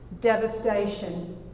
devastation